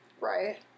Right